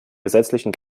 gesetzlichen